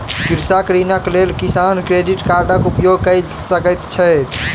कृषक ऋणक लेल किसान क्रेडिट कार्डक उपयोग कय सकैत छैथ